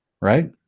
right